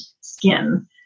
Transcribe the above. skin